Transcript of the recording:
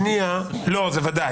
שנייה, לא, זה ודאי.